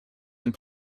and